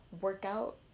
workout